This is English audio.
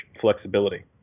flexibility